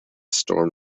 storm